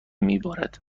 میبارد